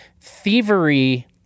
Thievery